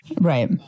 Right